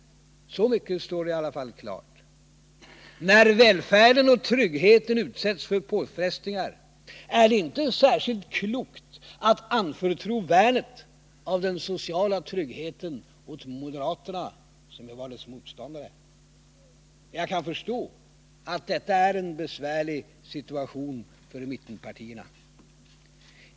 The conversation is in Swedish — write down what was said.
Så mycket står i varje fall klart: När välfärden och tryggheten utsätts för påfrestningar, är det inte särskilt klokt att anförtro värnet av den sociala tryggheten åt moderaterna, som ju var dess motståndare. Jag kan förstå att detta är en besvärlig situation för mittenpartierna.